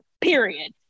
period